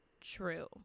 True